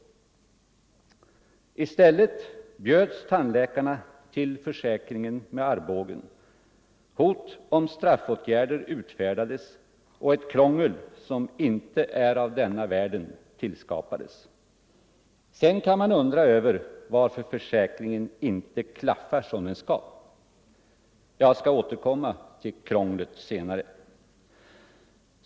I stället bjöds tandläkarna till försäkringen med armbågen, hot om straffåtgärder utfärdades, och ett krångel, som inte är av denna världen, tillskapades. Sedan kan man undra varför försäkringen inte klaffar som den skall. Jag skall återkomma till krånglet senare.